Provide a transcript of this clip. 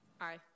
aye